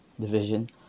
Division